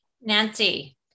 nancy